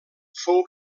fou